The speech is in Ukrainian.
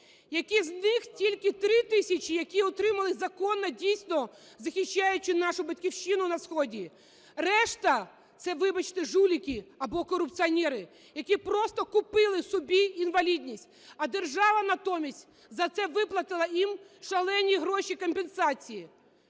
які з них тільки 3 тисячі, які отримали законно дійсно, захищаючи нашу Батьківщину на сході. Решта – це, вибачте, жулики або корупціонери, які просто купили собі інвалідність! А держава натомість за це виплатила їм шалені гроші компенсацій.